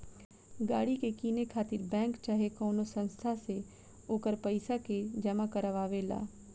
गाड़ी के किने खातिर बैंक चाहे कवनो संस्था से ओकर पइसा के जामा करवावे ला